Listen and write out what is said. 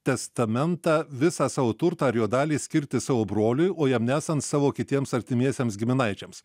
testamentą visą savo turtą ar jo dalį skirti savo broliui o jam nesant savo kitiems artimiesiems giminaičiams